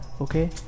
okay